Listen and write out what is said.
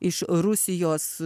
iš rusijos